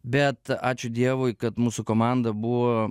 bet ačiū dievui kad mūsų komanda buvo